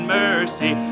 mercy